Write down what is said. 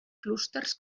clústers